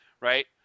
right